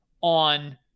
on